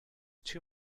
too